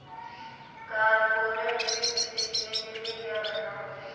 corporate वित्त सीखने के लिया क्या करना होगा